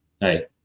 hey